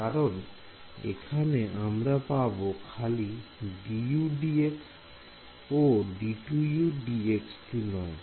কারণ এখানে আমরা পাব খালি dudx d2udx2 নয়